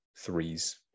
Threes